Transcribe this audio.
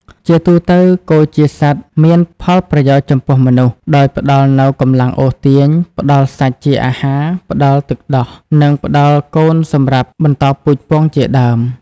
ជាទូទៅ គោជាសត្វមានផលប្រយោជន៍ចំពោះមនុស្ស ដោយផ្ដល់នូវកម្លាំងអូសទាញ ផ្ដល់សាច់ជាអាហារ ផ្ដល់ទឹកដោះ និងផ្ដល់កូនសំរាប់បន្តពូជពង្សជាដើម។